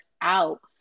out